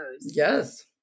Yes